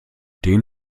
den